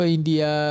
India